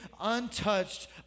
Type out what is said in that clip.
untouched